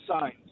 signs